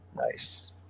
Nice